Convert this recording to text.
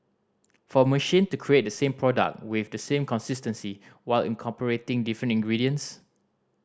for machine to create the same product with the same consistency while incorporating different ingredients